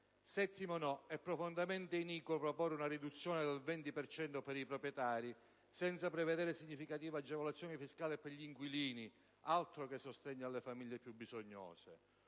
Settimo "no": è profondamente iniquo proporre una riduzione del 20 per cento per i proprietari senza prevedere significative agevolazioni fiscali per gli inquilini. Altro che sostegno alle famiglie più bisognose!